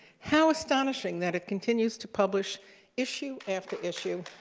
how astonishing that it continues to publish issue after issue?